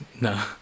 No